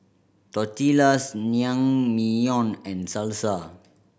Tortillas Naengmyeon and Salsa